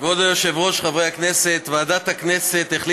יושב-ראש ועדת הכנסת,